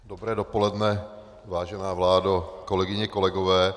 Dobré dopoledne, vážená vládo, kolegyně, kolegové.